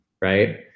right